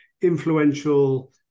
influential